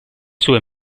sue